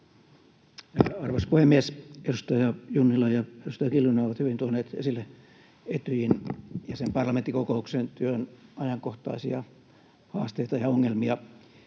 Arvoisa puhemies! Edustaja Junnila ja edustaja Kiljunen ovat hyvin tuoneet esille Etyjin ja sen parlamenttikokouksen työn ajankohtaisia haasteita ja ongelmia.